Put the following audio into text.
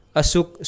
asuk